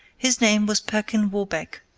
his name was perkin warbeck,